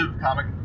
comic